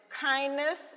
kindness